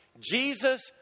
Jesus